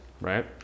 right